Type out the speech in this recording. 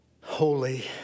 Holy